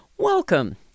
Welcome